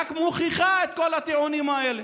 רק מוכיחה את כל הטיעונים האלה.